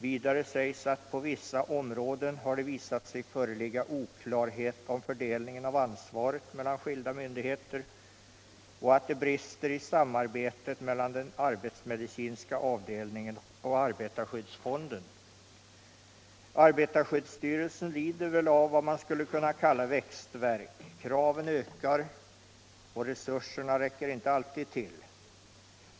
Vidare sägs att det på vissa områden visat sig föreligga oklarhet om fördelningen av ansvaret mellan skilda myndigheter samt att det brister i samarbetet mellan den arbetsmedicinska avdelningen och arbetarskyddsfonden. Arbetarskyddsstyrelsen lider väl av vad man skulle kunna kalla växtvärk. Kraven ökar och resurserna räcker inte alltid till.